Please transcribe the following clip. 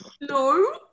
No